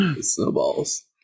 Snowballs